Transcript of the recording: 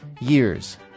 years